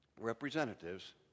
representatives